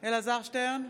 אלעזר שטרן,